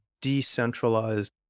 decentralized